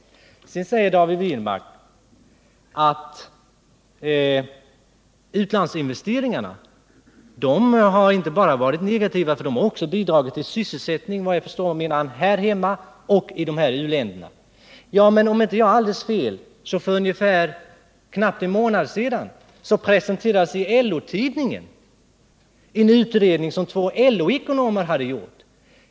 Sedan säger David Wirmark att u-landsinvesteringarna inte bara har varit negativa eftersom de också har bidragit till sysselsättningen både här hemma och i u-länderna. Men om jag inte har alldeles fel så presenterades för ungefär en månad sedan i LO-tidningen en utredning som två LO-ekonomer har gjort.